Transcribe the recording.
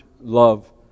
love